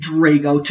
Drago